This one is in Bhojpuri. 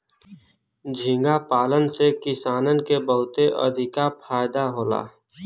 झींगा पालन से किसानन के बहुते अधिका फायदा होला